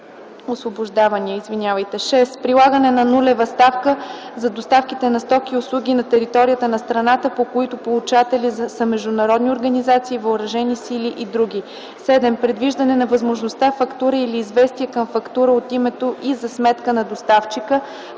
6. Прилагане на нулева ставка за доставките на стоки и услуги на територията на страната, по които получатели са международни организации, въоръжени сили и други. 7. Предвиждане на възможността фактура или известие към фактура от името и за сметка на доставчика